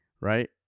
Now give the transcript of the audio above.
right